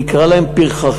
נקרא להם פרחחים,